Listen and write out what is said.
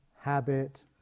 habit